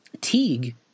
Teague